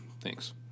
Thanks